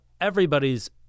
everybody's